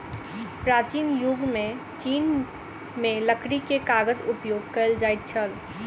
प्राचीन युग में चीन में लकड़ी के कागज उपयोग कएल जाइत छल